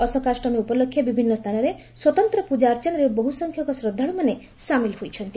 ଅଶୋକାଷ୍ଟମୀ ଉପଲକ୍ଷେ ବିଭିନ୍ନ ସ୍ଥାନରେ ସ୍ୱତନ୍ତ ପ୍ରକାର୍ଚ୍ଚନାରେ ବହୁ ସଂଖ୍ୟକ ଶ୍ରଦ୍ଧାଳ୍ମାନେ ସାମିଲ ହୋଇଛନ୍ତି